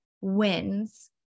wins